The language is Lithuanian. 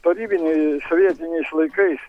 tarybiniai sovietiniais laikais